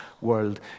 world